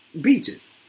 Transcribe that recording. beaches